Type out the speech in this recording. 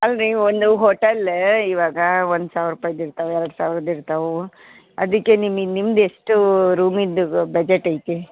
ಅಲ್ಲರೀ ಒಂದು ಹೋಟಲ್ಲ ಇವಾಗ ಒಂದು ಸಾವಿರ ರುಪಾಯ್ದ್ ಇರ್ತಾವೆ ಎರಡು ಸಾವಿರದ್ದಿರ್ತಾವು ಅದಕ್ಕೆ ನಿಮ ನಿಮ್ದು ಎಷ್ಟು ರೂಮಿಂದು ಬಜೆಟ್ ಐತಿ